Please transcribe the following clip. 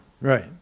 Right